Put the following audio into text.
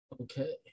Okay